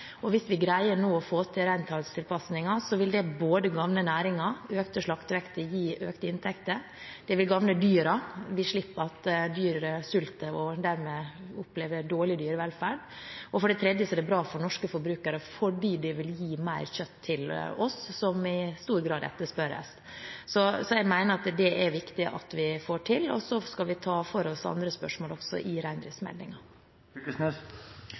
og hvis vi nå greier å få til reintallstilpasningen, vil det gagne næringen, og økte slaktevekter vil gi økte inntekter. Det vil gagne dyrene, vi slipper at dyr sulter og dermed opplever dårlig dyrevelferd, og så er det bra for norske forbrukere fordi det vil gi mer kjøtt til oss, noe som i stor grad etterspørres. Så jeg mener at det er viktig at vi får til det, og så skal vi ta for oss andre spørsmål også i